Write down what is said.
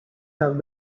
have